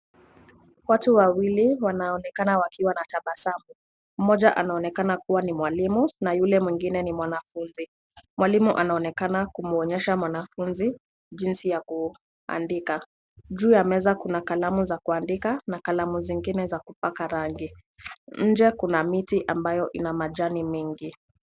Watu wawili wanaoonekana wakiwa na tabasamu. Mmoja anaonekana kuwa ni mwalimu na yule mwingine ni mwanafunzi. Mwalimu anaonekana kumwonyesha mwanafunzi jinsi ya kuandika. Juu ya meza kuna kalamu za kuandika na kalamu nyingine za kupaka rangi. Nje kuna miti ambayo ina majani mengi.